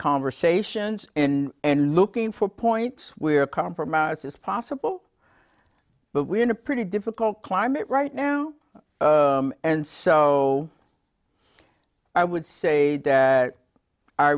conversations and looking for points where compromise is possible but we're in a pretty difficult climate right now and so i would say that i